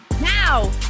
Now